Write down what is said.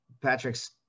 Patrick's